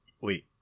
Wait